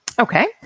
Okay